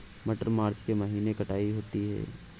मटर मार्च के महीने कटाई होती है?